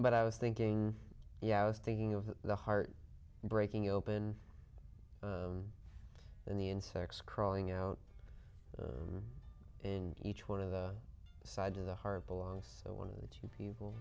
but i was thinking yeah i was thinking of the heart breaking open and the insects crawling out and each one of the sides of the heart belongs to one of the two people